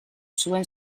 zuen